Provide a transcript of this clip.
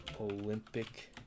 Olympic